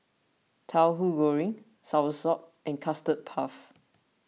Tauhu Goreng Soursop and Custard Puff